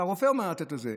והרופא אמר לתת לו את זה.